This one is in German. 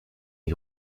die